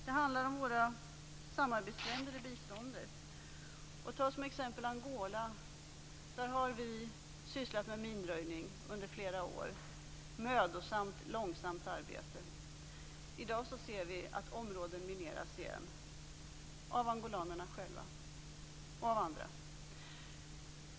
Det handlar om våra samarbetsländer i biståndssammanhang. Ta som exempel Angola! Där har vi sysslat med minröjning under flera år. Ett mödosamt, långsamt arbete. I dag ser vi att områden mineras igen av angolanerna själva och av andra.